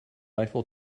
eiffel